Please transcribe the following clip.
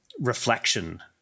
reflection